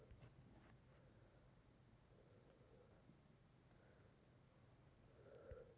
VDIS ಇಂದ ಮೂರ ಲಕ್ಷ ಐವತ್ತ ಸಾವಿರಕ್ಕಿಂತ ಹೆಚ್ ಮಂದಿ ತಮ್ ಆದಾಯ ಆಸ್ತಿ ಬಹಿರಂಗ್ ಪಡ್ಸ್ಯಾರ